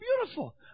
beautiful